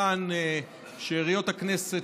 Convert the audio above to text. שאריות הכנסת,